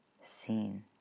seen